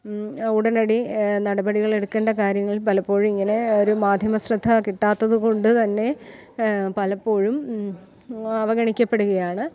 ഉടനടി നടപടികളെടുക്കേണ്ട കാര്യങ്ങൾ പലപ്പോഴുമിങ്ങനേ ഒരു മാധ്യമ ശ്രദ്ധ കിട്ടാത്തതു കൊണ്ടുതന്നെ പലപ്പോഴും അവഗണിക്കപ്പെടുകയാണ്